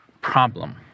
problem